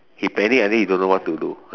he panic until he don't know what to do